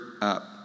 up